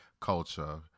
culture